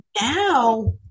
now